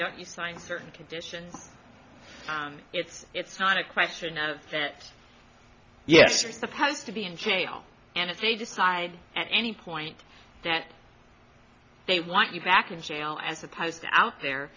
you sign certain conditions it's not a question of that yes or supposed to be in jail and if they decide at any point that they want you back in jail as opposed to out there